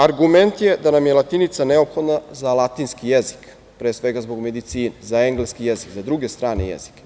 Argument je da nam je latinica neophodno za latinski jezik, pre svega zbog medicine, za engleski jezik i za druge strane jezike.